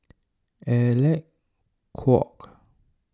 Alec Kuok